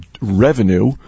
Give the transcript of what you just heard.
revenue